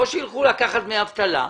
שילכו לקחת דמי אבטלה.